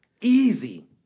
Easy